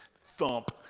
thump